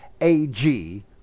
AG